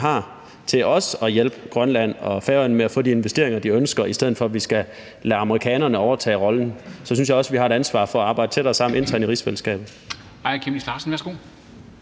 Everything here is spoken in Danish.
har, til også at hjælpe Grønland og Færøerne med at få de investeringer, de ønsker, i stedet for at vi skal lade amerikanerne overtage rollen. Så synes jeg også, vi har et ansvar for at arbejde tættere sammen internt i rigsfællesskabet.